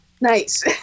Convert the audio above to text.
nice